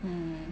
mm